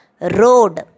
road